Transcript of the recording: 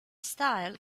style